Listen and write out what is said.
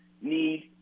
need –